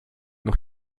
noch